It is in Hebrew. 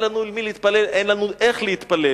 אין לנו אל מי להתפלל, אין לנו איך להתפלל,